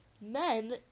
men